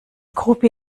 groupie